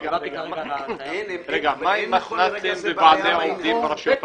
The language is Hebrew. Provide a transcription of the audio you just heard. מה עם מתנ"סים וועדי עובדים ברשויות המקומיות?